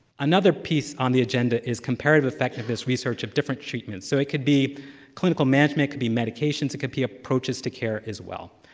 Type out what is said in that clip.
another piece on the agenda is comparative effectiveness, research of different treatments. so it could be clinical management, it could be medications, it could be approaches to care as well.